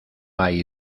hay